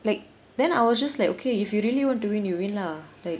like then I was just like okay if you really want to win then you win lah like